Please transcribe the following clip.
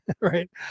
Right